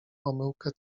omyłkę